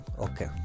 Okay